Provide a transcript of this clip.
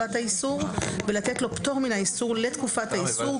האיסור ולתת לו פטור מן האיסור לתקופת האיסור,